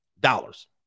dollars